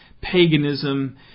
paganism